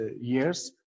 years